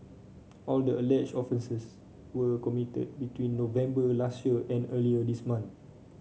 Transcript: all the alleged offences were committed between November last year and earlier this month